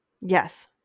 Yes